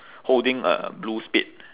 holding a blue spade